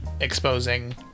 exposing